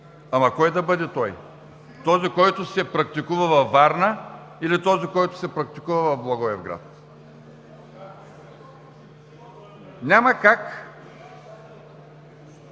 Ама кой да бъде той: този, който се практикува във Варна или този, който се практикува в Благоевград? Няма как